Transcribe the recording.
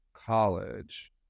college